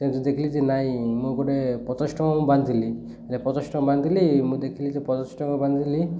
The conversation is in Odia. ସେମିତି ଦେଖିଲି ଯେ ନାଇଁ ମୁଁ ଗୋଟେ ପଚାଶ ଟଙ୍କା ମୁଁ ବାନ୍ଧିଲି ଯେ ପଚାଶ ଟଙ୍କା ବାନ୍ଧିଲି ମୁଁ ଦେଖିଲି ଯେ ପଚାଶ ଟଙ୍କା ବାନ୍ଧିଲି